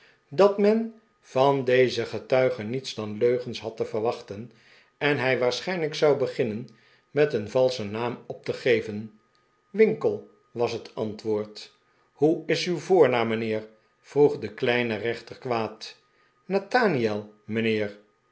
dat men van dezen getuige niets dan leugens had te verwachten en hij waarschijnlijk zou beginnen met een valschen naam op te geven winkle was het antwoord hoe is uw voornaam mijnheer vroeg de kleine rechter kwaad nathaniel mijnheer